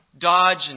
dodge